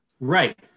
right